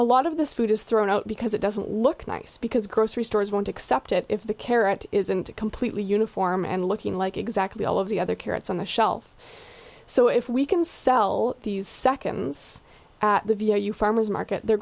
a lot of this food is thrown out because it doesn't look nice because grocery stores won't accept it if the carrot isn't completely uniform and looking like exactly all of the other carrots on the shelf so if we can sell these seconds at the view you farmers market they're